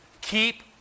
Keep